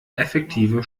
effektive